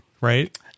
right